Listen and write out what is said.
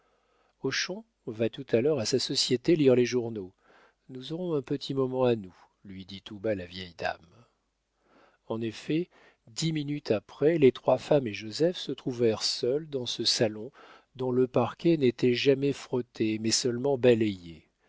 jeunesse hochon va tout à l'heure à sa société lire les journaux nous aurons un petit moment à nous lui dit tout bas la vieille dame en effet dix minutes après les trois femmes et joseph se trouvèrent seuls dans ce salon dont le parquet n'était jamais frotté mais seulement balayé